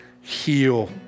heal